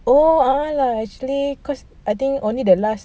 oh ah lah actually cause I think only the last